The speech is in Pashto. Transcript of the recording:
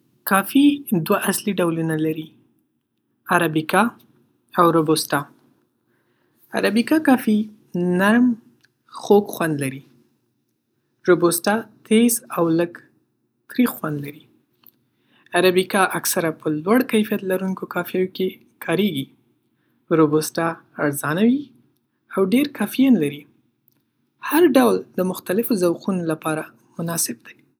کافي دوه اصلي ډولونه لري: عربیکا او روبوستا. عربیکا کافي نرم، خوږ خوند لري. روبوستا تېز او لږ تریخ خوند لري. عربیکا اکثره په لوړ کیفیت لرونکو کافیو کې کارېږي. روبوستا ارزانه وي او ډېر کافین لري. هر ډول د مختلفو ذوقونو لپاره مناسب دی.